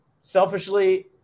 selfishly